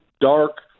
dark